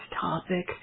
topic